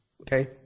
Okay